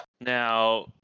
Now